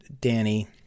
Danny